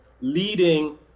leading